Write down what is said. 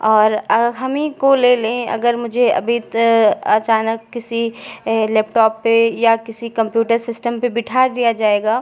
और हम ही को ले लें अगर मुझे अभी अचानक किसी लेपटॉप पे या किसी कंप्यूटर सिस्टम पे बिठा दिया जाएगा